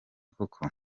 koko